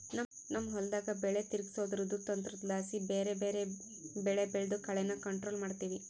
ನಮ್ ಹೊಲುದಾಗ ಬೆಲೆ ತಿರುಗ್ಸೋದ್ರುದು ತಂತ್ರುದ್ಲಾಸಿ ಬ್ಯಾರೆ ಬ್ಯಾರೆ ಬೆಳೆ ಬೆಳ್ದು ಕಳೇನ ಕಂಟ್ರೋಲ್ ಮಾಡ್ತಿವಿ